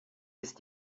ist